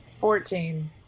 fourteen